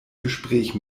gespräch